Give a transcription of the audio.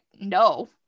no